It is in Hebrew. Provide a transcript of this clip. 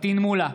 פטין מולא,